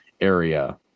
area